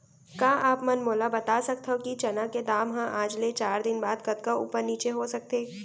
का आप मन मोला बता सकथव कि चना के दाम हा आज ले चार दिन बाद कतका ऊपर नीचे हो सकथे?